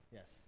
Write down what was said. Yes